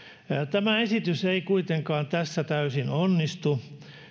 tämä esitys ei kuitenkaan tässä täysin onnistu